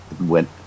Went